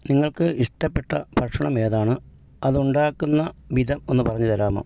നിങ്ങൾക്ക് ഇഷ്ടപെട്ട ഭക്ഷണം ഏതാണ് അതുണ്ടാക്കുന്ന വിധം ഒന്ന് പറഞ്ഞു തരാമോ